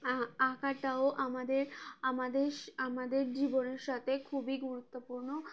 আঁকাটাও আমাদের আমাদের আমাদের জীবনের সাথে খুবই গুরুত্বপূর্ণ